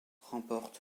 remporte